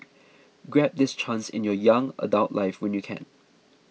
grab this chance in your young adult life when you can